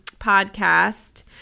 podcast